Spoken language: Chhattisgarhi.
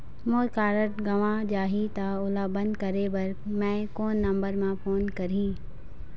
मोर कारड गंवा जाही त ओला बंद करें बर मैं कोन नंबर म फोन करिह?